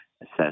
assess